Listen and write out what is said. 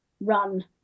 run